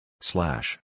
Slash